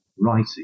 writing